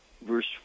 verse